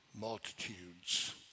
Multitudes